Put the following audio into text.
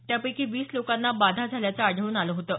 त्यापैकी वीस लोकांना बाधा झाल्याचं आढळून आलं होतं